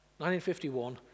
1951